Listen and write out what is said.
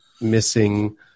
missing